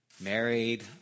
married